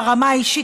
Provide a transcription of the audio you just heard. ברמה האישית,